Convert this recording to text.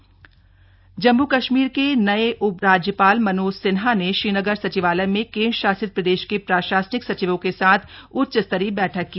उपराज्यपाल मनोज सिन्हा जम्मू कश्मीर के नये उपराज्यपाल मनोज सिन्हा ने श्रीनगर सचिवालय में केन्द्र शासित प्रदेश के प्रशासनिक सचिवों के साथ उच्च स्तरीय बैठक की